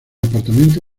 apartamento